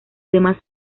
demás